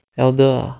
elder ah